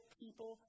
people